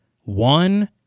One